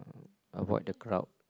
avoid the crowd